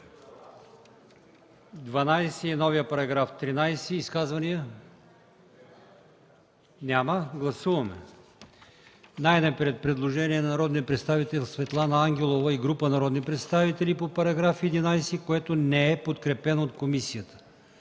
12 и новия § 13? Няма. Гласуваме най-напред предложението на народния представител Светлана Ангелова и група народни представители, което не е подкрепено от комисията.